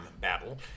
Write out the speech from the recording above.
battle